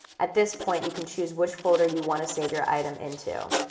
at this point, you can choose which folder you want to save your item into.